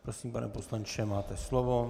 Prosím, pane poslanče, máte slovo.